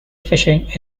fishing